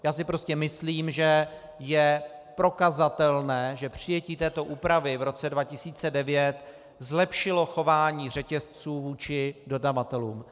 Já si prostě myslím, že je prokazatelné, že přijetí této úpravy v roce 2009 zlepšilo chování řetězců vůči dodavatelům.